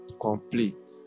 complete